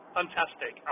fantastic